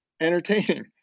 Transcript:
entertaining